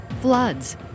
floods